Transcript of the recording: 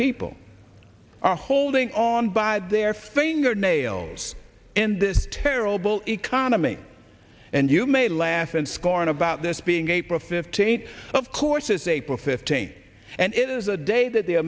people are holding on by their fingernails in this terrible economy and you may laugh and scorn about this being a perfect eight of course is april fifteenth and it is a day that the